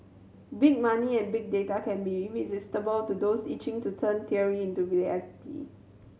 big money and bigger data can be irresistible to those itching to turn theory into reality